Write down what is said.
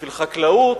בשביל חקלאות,